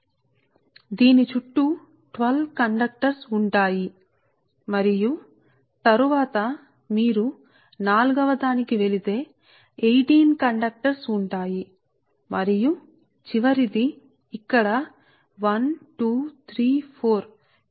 కాబట్టి దీని చుట్టూ పన్నెండు కండక్టర్ సరే మరియు తరువాత ది మీరు నాల్గవ దానికి వెళితే అప్పుడు 18 కండక్టర్లు ఉంటాయి మరియు చివరిది ఇక్కడ 1 2 3 4 పొర ఉంటుంది